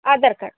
Aadhaar card